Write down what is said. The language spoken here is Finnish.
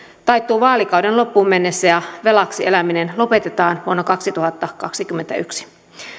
taittuu vaalikauden loppuun mennessä ja velaksi eläminen lopetetaan vuonna kaksituhattakaksikymmentäyksi